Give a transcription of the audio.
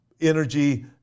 energy